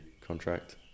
contract